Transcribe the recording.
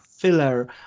filler